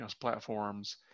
platforms